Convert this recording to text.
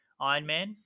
Ironman